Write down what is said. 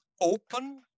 open